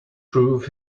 prove